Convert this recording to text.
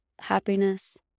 happiness